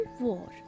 War